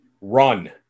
run